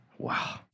Wow